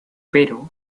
pero